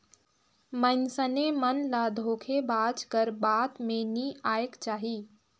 मइनसे मन ल धोखेबाज कर बात में नी आएक चाही